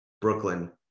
brooklyn